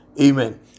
amen